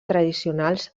tradicionals